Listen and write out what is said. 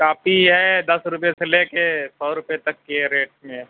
copy ہے دس روپیے سے لے کے سو روپیے تک کی ہے ریٹ میں